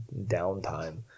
downtime